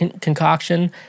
concoction